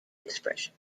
expression